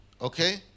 okay